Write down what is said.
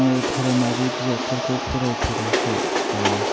आङो धोरोमारि बिजाबफोरखौ फरायफेराखौ